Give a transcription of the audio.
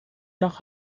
nach